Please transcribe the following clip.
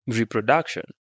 reproduction